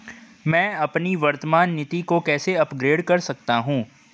मैं अपनी वर्तमान नीति को कैसे अपग्रेड कर सकता हूँ?